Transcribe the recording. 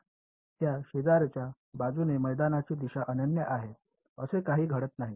तर त्या शेजारच्या बाजूने मैदानाची दिशा अनन्य आहे असे काही घडत नाही